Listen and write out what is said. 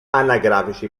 anagrafici